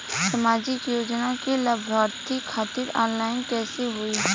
सामाजिक योजना क लाभान्वित खातिर ऑनलाइन कईसे होई?